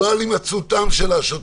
לא על הימצאותם של השוטרים,